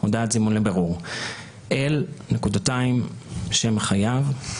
הודעת זימון לבירור אל: (שם החייב).